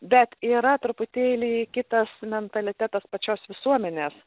bet yra truputėlį kitas mentalitetas pačios visuomenės